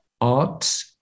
art